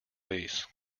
lease